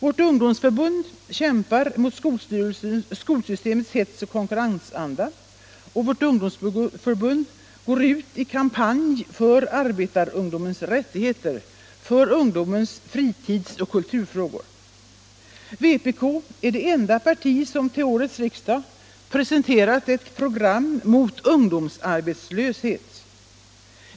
Vårt ungdomsförbund kämpar mot skolsystemets hets och konkurrensanda och går ut i kampanj för arbetarungdomens rättigheter, för ungdomens fritids och kulturfrågor. Vpk är det enda parti som till årets debatt Allmänpolitisk debatt riksdag presenterat ett program mot ungdomsarbetslöshet.